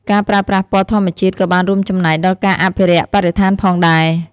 ការប្រើប្រាស់ពណ៌ធម្មជាតិក៏បានរួមចំណែកដល់ការអភិរក្សបរិស្ថានផងដែរ។